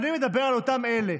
אני מדבר על אלה,